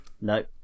no